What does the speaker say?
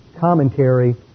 commentary